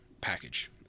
package